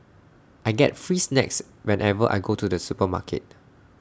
I get free snacks whenever I go to the supermarket